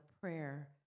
prayer